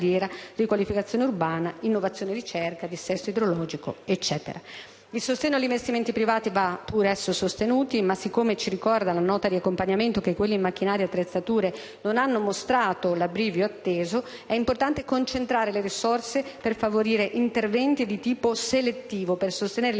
Il sostegno agli investimenti privati va pure esso sostenuto, ma poiché, come ci ricorda la Nota di accompagnamento, quelli in macchinari e attrezzature non hanno mostrato l'abbrivo atteso, è importante concentrare le risorse per favorire interventi di tipo selettivo, per sostenere gli investimenti